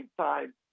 time